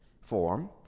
form